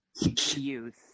youth